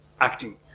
acting